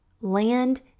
land